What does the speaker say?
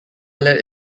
led